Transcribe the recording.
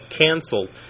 canceled